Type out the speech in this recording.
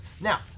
Now